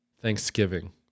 Thanksgiving